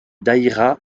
daïra